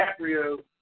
DiCaprio